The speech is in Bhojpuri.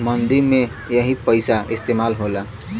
मंदी में यही पइसा इस्तेमाल होला